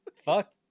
fuck